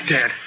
Dad